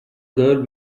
girl